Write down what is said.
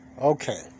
Okay